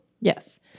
Yes